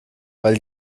weil